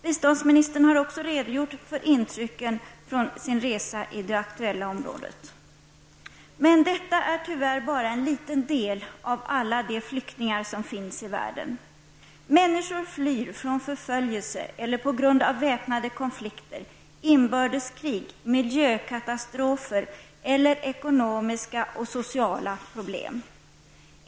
Biståndsministern har också redogjort för intrycken från sin resa i det aktuella området. Men detta är tyvärr bara en liten del av alla de flyktingar som finns i världen. Människor flyr från förföljelse eller på grund av väpnade konflikter, inbördeskrig, miljökatastrofer eller ekonomiska och sociala problem.